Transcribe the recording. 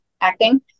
acting